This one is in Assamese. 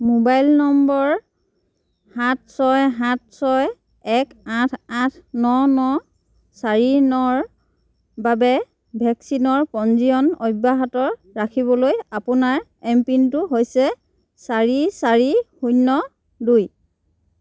মোবাইল নম্বৰ সাত ছয় সাত ছয় এক আঠ আঠ ন ন চাৰি নৰ বাবে ভেকচিনৰ পঞ্জীয়ন অব্যাহত ৰাখিবলৈ আপোনাৰ এম পিনটো হৈছে চাৰি চাৰি শূন্য দুই